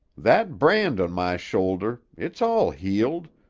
that brand on my shoulder, it's all healed,